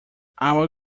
our